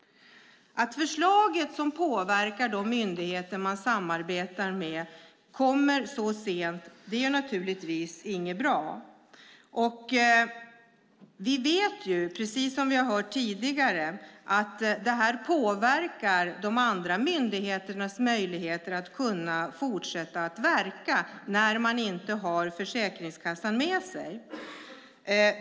Att förslaget som påverkar de myndigheter man samarbetar med kommer så sent är naturligtvis inte bra. Vi vet, precis som vi har hört tidigare, att detta påverkar de andra myndigheternas möjligheter att fortsätta att verka när de inte har Försäkringskassan med sig.